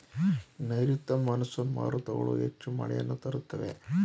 ನೈರುತ್ಯ ಮಾನ್ಸೂನ್ ಮಾರುತಗಳು ಹೆಚ್ಚು ಮಳೆಯನ್ನು ತರುತ್ತವೆ